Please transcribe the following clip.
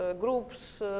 groups